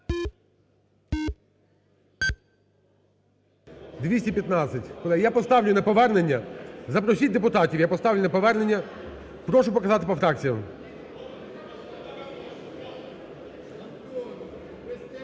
я поставлю на повернення. Запросіть депутатів. Я поставлю на повернення. Прошу показати по фракціям.